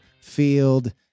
field